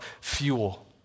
fuel